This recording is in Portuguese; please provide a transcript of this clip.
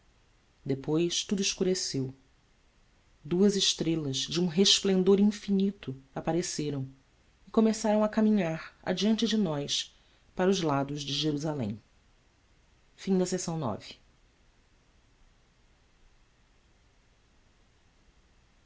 depois tudo escureceu duas estrelas de um resplendor infinito apareceram e começaram a caminhar adiante de nós para os lados de jerusalém o